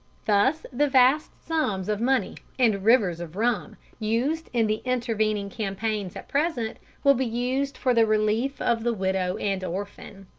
thus the vast sums of money and rivers of rum used in the intervening campaigns at present will be used for the relief of the widow and orphan.